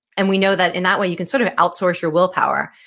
and we know that in that way you can sort of outsource your willpower.